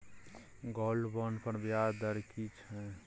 Gold bond पर ब्याज दर की छै?